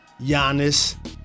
Giannis